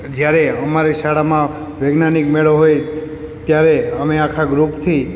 જયારે અમારી શાળામાં વૈજ્ઞાનિક મેળો હોય ત્યારે અમે આખા ગ્રુપથી